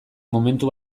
momentu